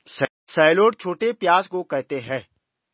shallot छोटे प्याज़ को कहते है